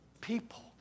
people